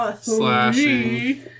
Slashing